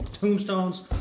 Tombstones